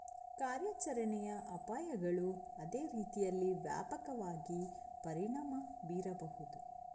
ಕಾರ್ಯಾಚರಣೆಯ ಅಪಾಯಗಳು ಅದೇ ರೀತಿಯಲ್ಲಿ ವ್ಯಾಪಕವಾಗಿ ಪರಿಣಾಮ ಬೀರಬಹುದು